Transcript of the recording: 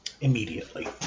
immediately